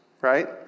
right